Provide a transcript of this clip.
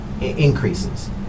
increases